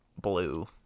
blue